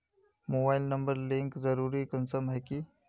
Mobile number link जरुरी कुंसम है की?